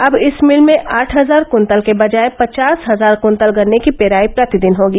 अब इस मिल में आठ हजार कृतल के बजाय पचास हजार कृतल गन्ने की पेराई प्रतिदिन होगी